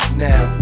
now